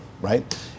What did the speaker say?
right